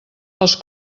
els